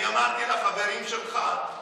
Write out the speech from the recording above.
אני אמרתי לחברים שלך,